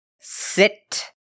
sit